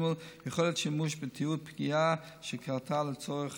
3. יכולת שימוש בתיעוד פגיעה שקרתה לצורך